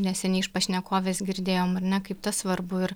neseniai iš pašnekovės girdėjom ar ne kaip tas svarbu ir